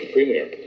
Premier